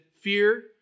fear